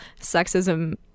sexism